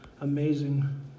amazing